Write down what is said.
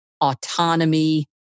autonomy